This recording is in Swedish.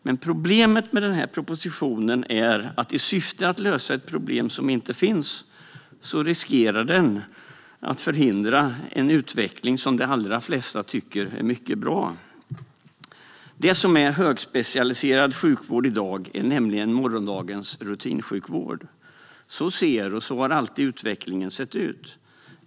Men problemet med propositionen är att man i syfte att lösa ett problem som inte finns riskerar att förhindra en utveckling som de allra flesta tycker är bra. Det som är högspecialiserad sjukvård i dag är nämligen morgondagens rutinsjukvård. Så ser utvecklingen ut, och så har den alltid sett ut.